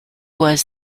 was